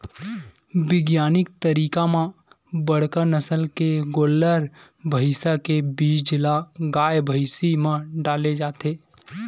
बिग्यानिक तरीका म बड़का नसल के गोल्लर, भइसा के बीज ल गाय, भइसी म डाले जाथे